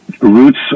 roots